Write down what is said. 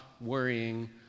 worrying